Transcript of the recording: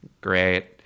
Great